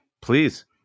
Please